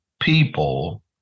people